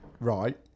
Right